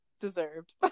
Deserved